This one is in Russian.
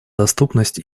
доступность